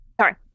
Sorry